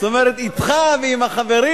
זאת אומרת, אתך ועם החברים.